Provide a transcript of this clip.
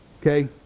Okay